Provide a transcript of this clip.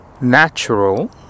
natural